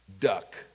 duck